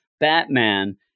Batman